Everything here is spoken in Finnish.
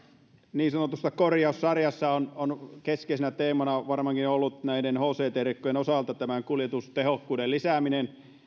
niin sanotussa korjaussarjassa on on keskeisenä teemana näiden hct rekkojen osalta ollut varmaankin kuljetustehokkuuden lisääminen